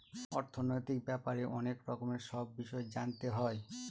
অর্থনৈতিক ব্যাপারে অনেক রকমের সব বিষয় জানতে হয়